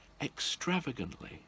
extravagantly